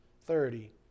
thirty